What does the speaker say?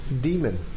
demon